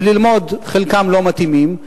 וללמוד, חלקם לא מתאימים.